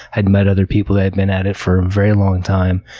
had met other people that had been at it for a very long time,